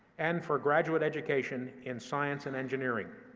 and for graduate education in science and engineering.